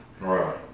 Right